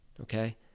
okay